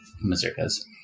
mazurkas